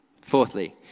Fourthly